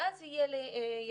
ואז יהיו לי יזמים.